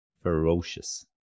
ferocious